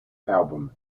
album